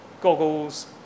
goggles